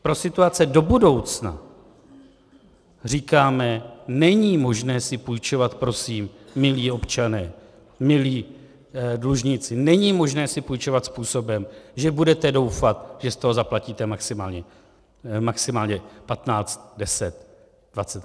Pro situace do budoucna říkáme: není možné si půjčovat, prosím, milí občané, milí dlužníci, není možné si půjčovat způsobem, že budete doufat, že z toho zaplatíte maximálně 15, 10, 20 %.